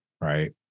right